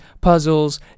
puzzles